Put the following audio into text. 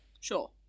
Sure